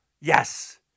Yes